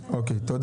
תודה.